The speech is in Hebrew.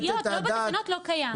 בתקנות זה לא קיים.